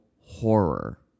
horror